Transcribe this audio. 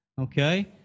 okay